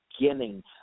beginning